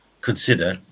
consider